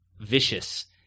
Vicious